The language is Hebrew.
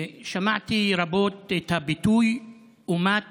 שמעתי רבות את הביטוי "אומת